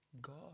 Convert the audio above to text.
God